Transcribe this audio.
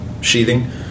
sheathing